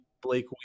Blake